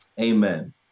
Amen